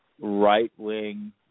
right-wing